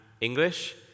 English